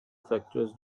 factors